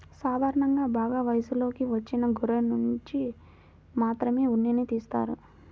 సాధారణంగా బాగా వయసులోకి వచ్చిన గొర్రెనుంచి మాత్రమే ఉన్నిని తీస్తారు